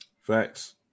Facts